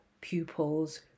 pupils